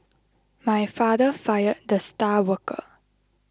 my father fired the star worker